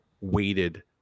weighted